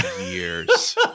years